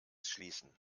schließen